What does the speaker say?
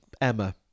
Emma